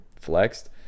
flexed